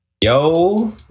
Yo